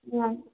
ಹಾಂ